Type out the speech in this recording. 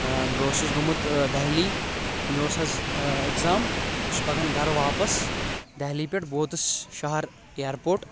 بہٕ اوسُس گوٚمُت دہلی مےٚ اوس حظ اٮ۪گزام بہٕ چھُس پکان گرٕ واپس دہلی پٮ۪ٹھ بہٕ ووتُس شہر اِیر پوٹ